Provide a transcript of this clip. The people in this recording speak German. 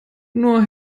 nur